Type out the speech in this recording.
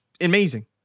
amazing